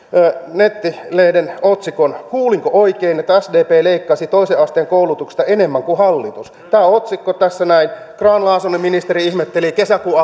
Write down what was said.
nettilehden otsikon kuulinko oikein että sdp leikkasi toisen asteen koulutuksesta enemmän kuin hallitus tämä on otsikko tässä näin ministeri grahn laasonen ihmetteli tätä kesäkuun